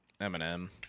Eminem